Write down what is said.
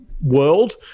world